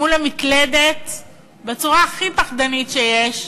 מול המקלדת, בצורה הכי פחדנית שיש,